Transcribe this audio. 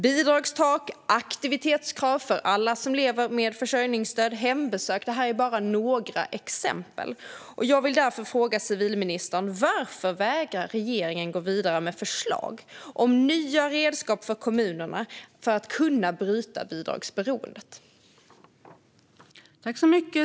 Bidragstak, aktivitetskrav för alla som lever med försörjningsstöd och hembesök är bara några exempel. Jag vill därför fråga civilministern: Varför vägrar regeringen gå vidare med förslag om nya redskap för kommunerna för att kunna bryta bidragsberoendet?